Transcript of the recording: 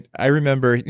i remember.